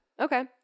Okay